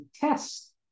test